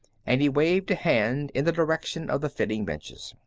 and he waved a hand in the direction of the fitting benches.